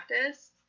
practice